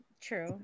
True